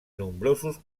nombrosos